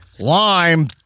Lime